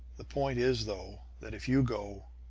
the point is, though, that if you go,